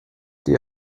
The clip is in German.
die